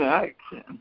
action